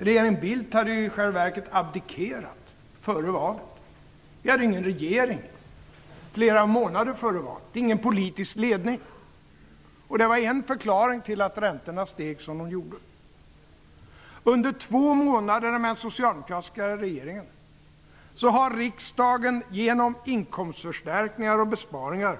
Regeringen Bildt hade i själva verket abdikerat före valet. Vi hade ingen regering, ingen politisk ledning flera månader före valet. Det var en förklaring till att räntorna steg som de gjorde. Under två månader med socialdemokratisk regering har riksdagen genom inkomstförstärkningar och besparingar